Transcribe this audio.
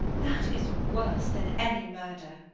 that is worse than any murder.